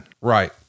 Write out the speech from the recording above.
Right